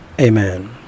Amen